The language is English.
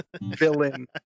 villain